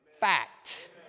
fact